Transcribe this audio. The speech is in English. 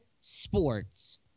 sports